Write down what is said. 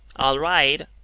all right!